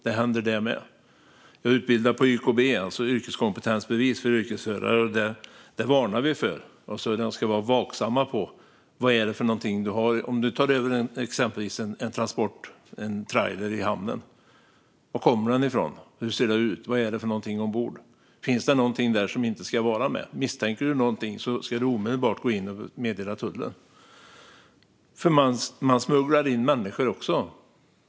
Jag är utbildare för YKB, alltså yrkeskompetensbevis för yrkesförare. Där varnar vi förarna för detta. De ska vara vaksamma om de tar över en transport, exempelvis en trailer i hamnen. Varifrån kommer den? Hur ser den ut? Vad är det ombord? Finns det någonting där som inte ska vara med? Misstänker de någonting ska de omedelbart meddela tullen. Man smugglar alltså in människor också.